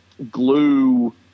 Glue